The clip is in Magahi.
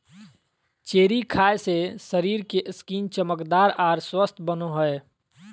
चेरी खाय से शरीर के स्किन चमकदार आर स्वस्थ बनो हय